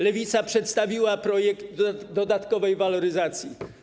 Lewica przedstawiła projekt dodatkowej waloryzacji.